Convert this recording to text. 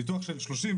ניתוח של 20,